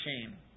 shame